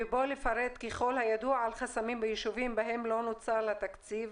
ובה לפרט ככל הידוע על חסמים ביישובים בהם לא נוצל התקציב,